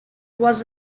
was